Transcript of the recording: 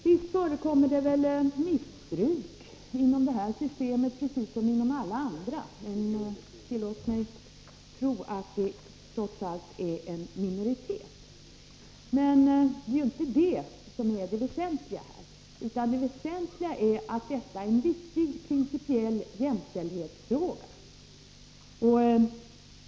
Visst förekommer det ett missbruk inom detta system som inom alla andra, men tillåt mig gissa att det trots allt gäller en minoritet. Men det är ju inte det som är det väsentliga. Det väsentliga är att detta är en viktig principiell jämställdhetsfråga.